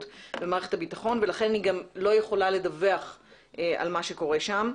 במערכת הביטחון ולכן היא גם לא יכולה לדווח על מה שקורה שם.